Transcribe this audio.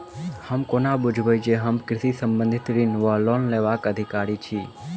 हम कोना बुझबै जे हम कृषि संबंधित ऋण वा लोन लेबाक अधिकारी छी?